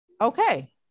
okay